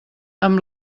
amb